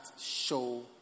show